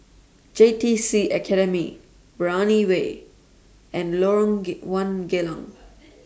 J T C Academy Brani Way and Lorong get one Geylang